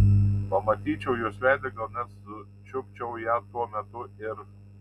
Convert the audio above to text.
pamatyčiau jos veidą gal net sučiupčiau ją tuo metu ir